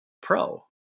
pro